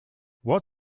what